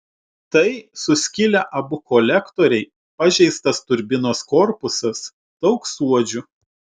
tai suskilę abu kolektoriai pažeistas turbinos korpusas daug suodžių